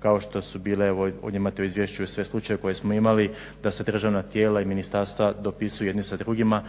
kao što su bile, evo imate u izvješću i sve slučajeve koje smo imali, da se državna tijela i ministarstva dopisuju jedni sa drugima,